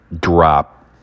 drop